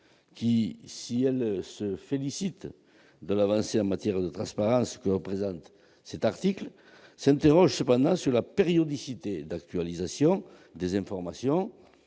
qui, si elles se félicitent de l'avancée en matière de transparence que représente cet article, s'interrogent sur la périodicité d'actualisation des informations